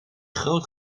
groot